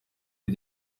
bir